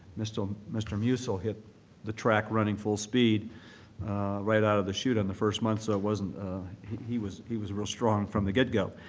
mr. um musil hit the track running full speed right out of the chute on the first month so it wasn't he was he was real strong from the get-go.